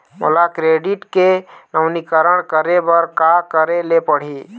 मोला क्रेडिट के नवीनीकरण करे बर का करे ले पड़ही?